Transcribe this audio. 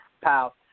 pal